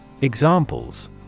Examples